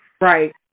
Right